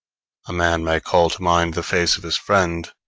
a man may call to mind the face of his friend,